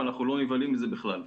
ואנחנו לא נבהלים מזה בכלל.